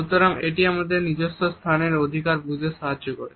সুতরাং এটি আমাদের নিজস্ব স্থানের অধিকার বুঝতে সাহায্য করে